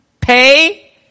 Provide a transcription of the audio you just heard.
Pay